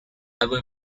ever